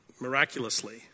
miraculously